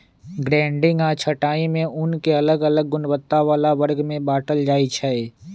grading आऽ छँटाई में ऊन के अलग अलग गुणवत्ता बला वर्ग में बाटल जाइ छइ